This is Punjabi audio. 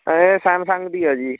ਇਹ ਸੈਮਸੰਗ ਦੀ ਆ ਜੀ